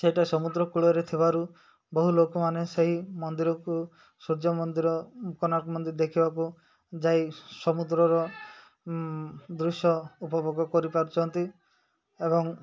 ସେଇଟା ସମୁଦ୍ର କୂଳରେ ଥିବାରୁ ବହୁ ଲୋକମାନେ ସେହି ମନ୍ଦିରକୁ ସୂର୍ଯ୍ୟ ମନ୍ଦିର କୋଣାର୍କ ମନ୍ଦିର ଦେଖିବାକୁ ଯାଇ ସମୁଦ୍ରର ଦୃଶ୍ୟ ଉପଭୋଗ କରିପାରୁଛନ୍ତି ଏବଂ